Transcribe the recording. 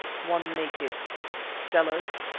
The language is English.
one naked stella's,